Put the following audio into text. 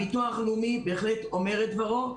הביטוח הלאומי בהחלט אומר את דברו.